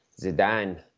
Zidane